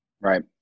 Right